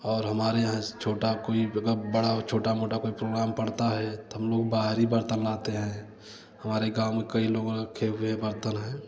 और हमारे यहाँ से छोटा कोई बड़ा छोटा मोटा कोई प्रोग्राम पड़ता है त हम लोग बाहरी बर्तन लाते हैं हमारे गाँव में कई लोगों ने रखे हुए हैं बर्तन हैं